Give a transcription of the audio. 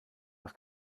aus